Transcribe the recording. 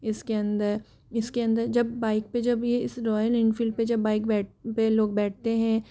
इसके अंदर इसके अंदर जब बाइक पर जब यह इस रॉयल इनफील्ड पर जब बाइक पर लोग बैठते हैं